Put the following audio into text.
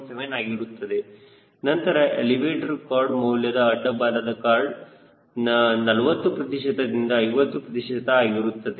7 ಆಗಿರುತ್ತದೆ ನಂತರ elevator card ಮೌಲ್ಯವು ಅಡ್ಡ ಬಾಲದ ಕಾರ್ಡ್ನ 40 ಪ್ರತಿಶತ ದಿಂದ 50 ಪ್ರತಿಶತ ಆಗಿರುತ್ತದೆ